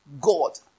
God